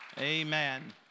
Amen